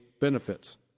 benefits